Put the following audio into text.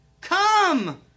Come